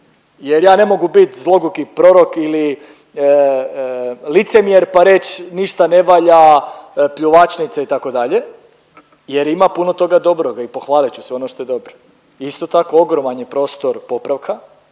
jer ja ne mogu biti zloguki prorok ili licemjer pa reći ništa ne valja, pljuvačnica itd. jer ima puno toga dobroga i pohvalit ću sve ono što je dobro. Isto tako ogroman je prostor popravka